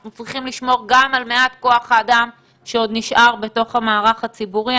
אנחנו צריכים לשמור גם על מעט כוח האדם שעוד נשאר בתוך המערך הציבורי.